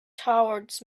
towards